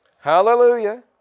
Hallelujah